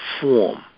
form